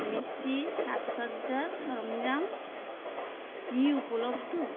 মিষ্টি সাজ সজ্জার সরঞ্জাম কি উপলব্ধ